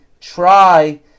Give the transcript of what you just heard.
try